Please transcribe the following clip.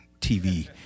TV